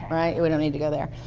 right, we don't need to go there.